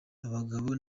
abagabo